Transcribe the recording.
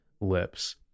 lips